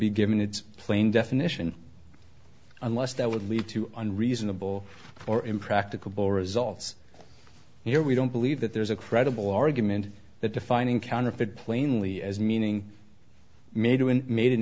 be given its plain definition unless that would lead to an reasonable or impracticable results here we don't believe that there's a credible argument that defining counterfeit plainly as meaning made